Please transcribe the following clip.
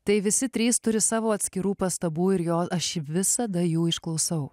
tai visi trys turi savo atskirų pastabų ir jo aš visada jų išklausau